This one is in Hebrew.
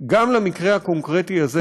למקרה הקונקרטי הזה,